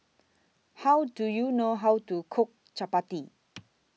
How Do YOU know How to Cook Chapati